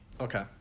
Okay